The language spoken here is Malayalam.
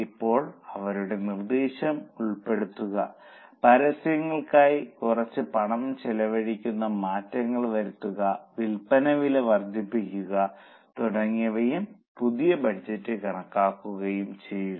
ഇപ്പോൾ അവരുടെ നിർദ്ദേശം ഉൾപ്പെടുത്തുക പരസ്യങ്ങൾക്കായി കുറച്ച് പണം ചിലവഴിക്കുന്ന മാറ്റങ്ങൾ വരുത്തുക വിൽപ്പന വില വർദ്ധിപ്പിക്കുക തുടങ്ങിയവയും പുതുക്കിയ ബജറ്റ് കണക്കാക്കുകയും ചെയ്യുക